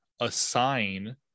assign